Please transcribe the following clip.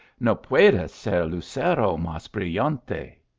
no pueda ser lucero mas brillante!